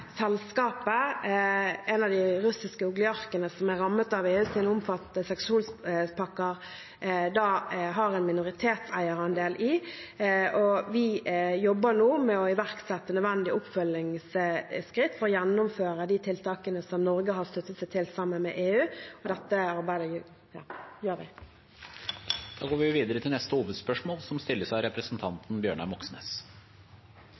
rammet av EUs omfattende sanksjonspakker, har en minoritetseierandel. Vi jobber nå med å iverksette nødvendige oppfølgingsskritt for å gjennomføre de tiltakene som Norge har sluttet seg til sammen med EU. Dette arbeider vi med. Da går vi videre til neste hovedspørsmål. Russlands invasjon av